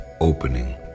opening